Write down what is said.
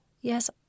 yes